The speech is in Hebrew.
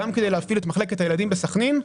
גם כדי להפעיל את מחלקת הילדים בסכנין,